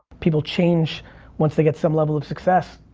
people change once they get some level of success.